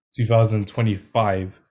2025